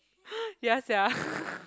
ya sia